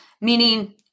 meaning